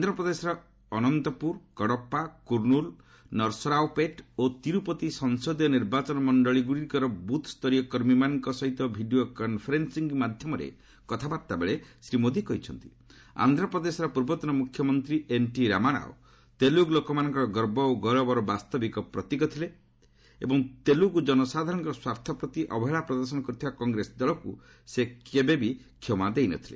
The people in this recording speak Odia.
ଆନ୍ଧ୍ରପ୍ରଦେଶର ଅନନ୍ତପୁର କଡ୍ପା କୁରୁନୁଲ୍ ନରସରାଓପେଟ୍ ଓ ତିରୁପତି ସଂସଦୀୟ ନିର୍ବାଚନ ମଣ୍ଡଳୀଗୁଡିକର ବୁଥସ୍ତରୀୟ କର୍ମୀମାନଙ୍କ ସହ ଭିଡିଓ କନ୍ଫରେନ୍ଟିଂ ମାଧ୍ୟମରେ କଥାବାର୍ତ୍ତାବେଳେ ଶ୍ରୀ ମୋଦି କହିଛନ୍ତି ଆନ୍ଧ୍ରପ୍ରଦେଶର ପୂର୍ବତନ ମୁଖ୍ୟମନ୍ତ୍ରୀ ଏନଟି ରାମାରାଓ ତେଲୁଗୁ ଲୋକମାନଙ୍କ ଗୌରବର ବାସ୍ତବିକ ପ୍ରତୀକ ଥିଲେ ଏବଂ ତେଲୁଗୁ ଜନସାଧାରଣଙ୍କ ସ୍ୱାର୍ଥ ପ୍ରତି ଅବହେଳା ପ୍ରଦର୍ଶନ କରିଥିବା କଂଗ୍ରେସ ଦଳକୁ ସେ କେବେ ବି କ୍ଷମା ଦେଇ ନ ଥିଲେ